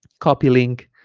copy link